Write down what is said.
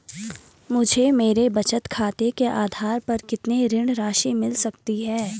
मुझे मेरे बचत खाते के आधार पर कितनी ऋण राशि मिल सकती है?